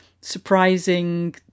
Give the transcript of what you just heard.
surprising